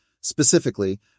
specifically